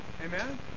Amen